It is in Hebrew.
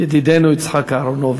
ידידנו יצחק אהרונוביץ.